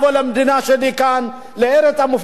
חיפשתי אנשים שיצילו אותי.